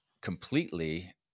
completely